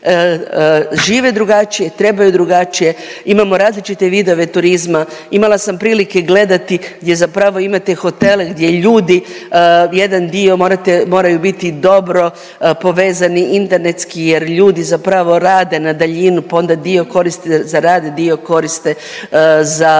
žive drugačije, trebaju drugačije, imaju različite vidove turizma. Imala sam prilike gledati gdje zapravo imate hotele gdje ljudi, jedan dio morate, moraju biti dobro povezani internetski jer ljudi zapravo rade na daljinu, pa onda dio koriste za rad, dio koriste za,